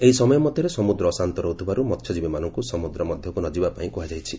ଏହି ସମୟ ମଧ୍ୟରେ ସମୁଦ୍ର ଅଶାନ୍ତ ରହୁଥିବାରୁ ମହ୍ୟଜୀବୀମାନଙ୍କୁ ସମୁଦ୍ର ମଧ୍ୟକୁ ନଯିବା ପାଇଁ କୁହାଯାଇଛି